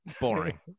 Boring